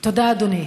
תודה, אדוני.